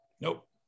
nope